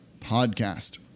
podcast